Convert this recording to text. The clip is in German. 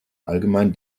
allgemein